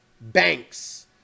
banks